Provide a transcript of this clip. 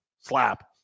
slap